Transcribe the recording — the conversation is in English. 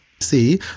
See